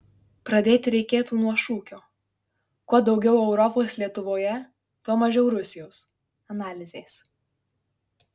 pradėti reikėtų nuo šūkio kuo daugiau europos lietuvoje tuo mažiau rusijos analizės